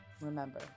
Remember